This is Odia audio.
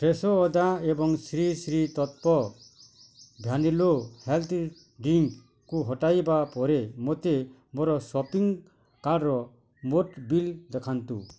ଫ୍ରେଶୋ ଅଦା ଏବଂ Sri Sri Tattva vanilla health drink କୁ ହଟାଇବା ପରେ ମୋତେ ମୋର ସପିଂ କାର୍ଡ଼ର ମୋଟ୍ ବିଲ୍ ଦେଖାନ୍ତୁ